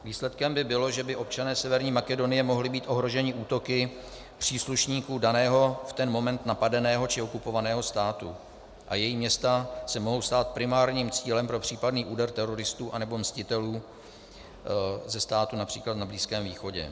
Výsledkem by bylo, že by občané Severní Makedonie mohli být ohroženi útoky příslušníků daného v ten moment napadeného či okupovaného státu a její města se mohou stát primárním cílem pro případný úder teroristů anebo mstitelů ze států například na Blízkém východě.